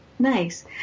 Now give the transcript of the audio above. nice